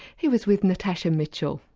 he was with natasha mitchell.